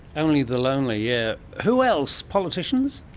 only the lonely, yes! who else? politicians?